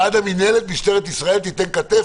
עד המנהלת משטרת ישראל תיתן כתף,